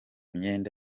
myenda